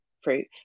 fruit